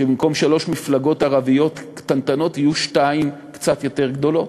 שבמקום שלוש מפלגות ערביות קטנטנות יהיו שתיים קצת יותר גדולות?